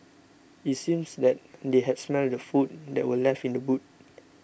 it seems that they had smelt the food that were left in the boot